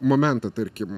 momentą tarkim